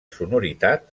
sonoritat